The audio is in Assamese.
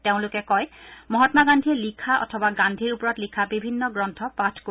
তেওঁলোকে কয় মহাম্মা গান্ধীয়ে লিখা অথবা গান্ধীৰ ওপৰত লিখা বিভিন্ন গ্ৰন্থ পাঠ কৰিব